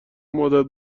مدت